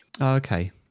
okay